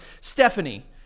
stephanie